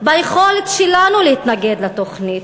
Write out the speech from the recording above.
ביכולת שלנו להתנגד לתוכנית.